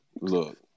look